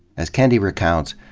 as kendi recounts,